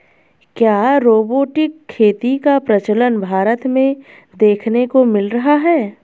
क्या रोबोटिक खेती का प्रचलन भारत में देखने को मिल रहा है?